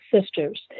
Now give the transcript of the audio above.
sisters